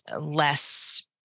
less-